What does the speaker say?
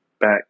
back